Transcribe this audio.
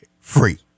Free